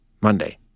Monday